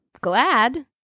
glad